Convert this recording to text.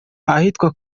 ahitwa